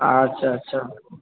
আচ্ছা আচ্ছা